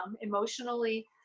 emotionally